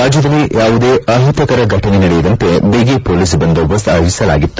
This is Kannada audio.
ರಾಜ್ದದಲ್ಲಿ ಯಾವುದೇ ಅಹಿತಕರ ಘಟನೆ ನಡೆಯದಂತೆ ಬಗಿ ಪೊಲೀಸ್ ಬಂದೋಬಸ್ತ್ ಆಯೋಜಿಸಲಾಗಿತ್ತು